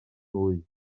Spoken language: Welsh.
nwy